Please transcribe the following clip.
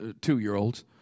two-year-olds